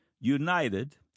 united